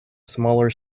smaller